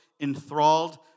enthralled